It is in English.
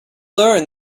learn